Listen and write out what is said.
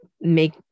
make